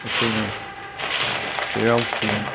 ꯑꯩꯈꯣꯏꯅ ꯆꯩꯔꯥꯎꯆꯤꯡ